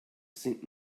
sind